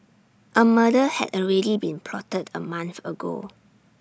A murder had already been plotted A month ago